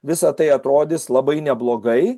visa tai atrodys labai neblogai